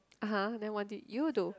(uh huh) then what did you do